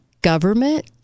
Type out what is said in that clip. government